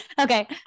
Okay